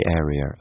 area